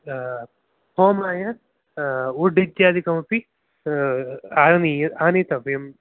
होमाय उड् इत्यादिकमपि आननीय आनीतव्यम्